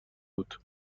بود